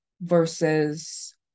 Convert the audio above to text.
versus